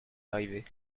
arrivés